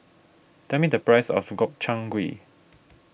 tell me the price of Gobchang Gui